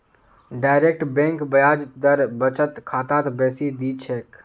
direct bank ब्याज दर बचत खातात बेसी दी छेक